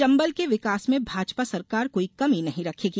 चंबल के विकास में भाजपा सरकार कोई कमी नहीं रखेगी